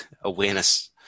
awareness